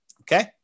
Okay